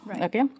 Okay